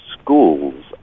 schools